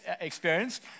experience